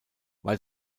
weil